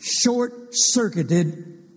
short-circuited